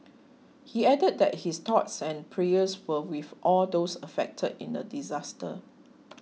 he added that his thoughts and prayers were with all those affected in the disaster